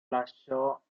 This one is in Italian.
lasciò